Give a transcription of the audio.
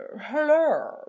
hello